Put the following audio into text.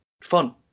fun